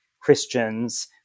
Christians